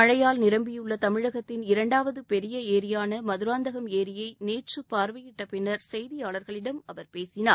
மழையால் நிரம்பியுள்ள தமிழகத்தின் இரண்டாவது டெரிய ஏரியான மதராந்தகம் ஏரியை நேற்று பார்வையிட்ட பின்னர் செய்தியாளர்களிடம் அவர் பேசினார்